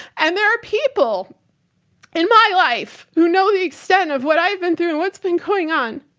and there are people in my life who know the extent of what i've been through and what's been going on,